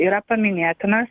yra paminėtinas